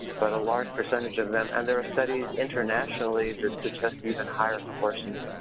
but a large percentage of them and there are studies internationally that suggest even higher proportions,